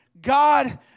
God